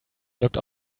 looked